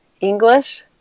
English